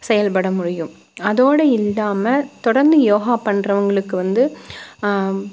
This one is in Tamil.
செயல்பட முடியும் அதோட இல்லாம தொடர்ந்து யோகா பண்ணுறவங்களுக்கு வந்து